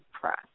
Press